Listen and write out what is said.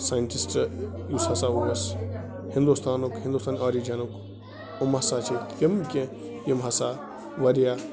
scientist یُس ہَسا اوس ہِنٛدوستانُک ہِنٛدوستان آریجَنُک یِ ہَسا چھِ تِم کیٚنٛہہ یِم ہَسا واریاہ